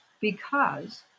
Because-